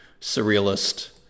surrealist